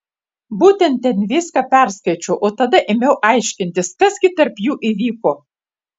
būtent ten viską perskaičiau o tada ėmiau aiškintis kas gi tarp jų įvyko